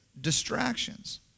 distractions